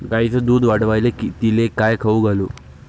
गायीचं दुध वाढवायले तिले काय खाऊ घालू?